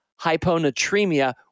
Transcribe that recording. hyponatremia